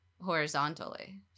horizontally